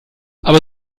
aber